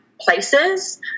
places